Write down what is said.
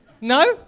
No